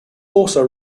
also